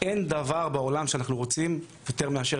אין דבר בעולם שאנחנו רוצים יותר מאשר